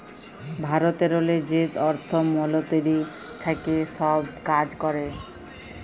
ভারতেরলে যে অর্থ মলতিরি থ্যাকে ছব কাজ ক্যরে